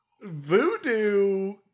Voodoo